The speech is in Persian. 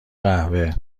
قهوه